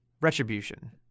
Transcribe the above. retribution